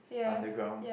underground